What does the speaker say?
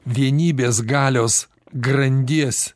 vienybės galios grandies